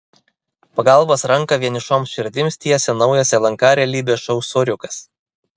pagalbos ranką vienišoms širdims tiesia naujas lnk realybės šou soriukas